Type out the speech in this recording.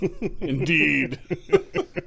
Indeed